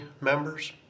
members